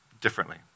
differently